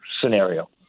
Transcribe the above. scenario